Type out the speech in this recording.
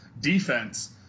defense